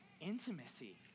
intimacy